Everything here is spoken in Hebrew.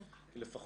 כן.